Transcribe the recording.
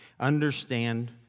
Understand